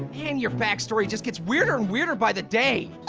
yeah and your backstory just gets weirder and weirder by the day.